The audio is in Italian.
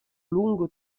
lungo